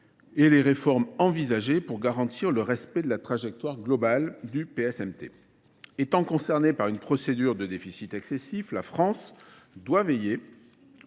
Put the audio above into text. et les réformes envisagées pour garantir le respect de la trajectoire globale du PSMT. Étant concerné par une procédure de déficit excessif, la France doit veiller